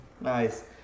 Nice